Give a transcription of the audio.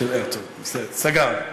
של הרצוג, בסדר, סגרנו.